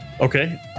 Okay